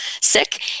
sick